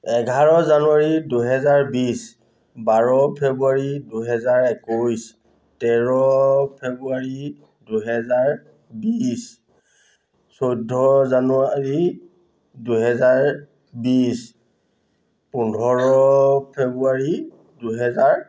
এঘাৰ জানুৱাৰী দুহেজাৰ বিছ বাৰ ফেব্ৰুৱাৰী দুহেজাৰ একৈছ তেৰ ফেব্ৰুৱাৰী দুহেজাৰ বিছ চৈধ্য জানুৱাৰী দুহেজাৰ বিছ পোন্ধৰ ফেব্ৰুৱাৰী দুহেজাৰ